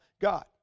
God